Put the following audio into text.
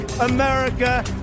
America